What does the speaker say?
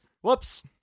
Whoops